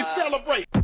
celebrate